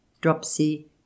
dropsy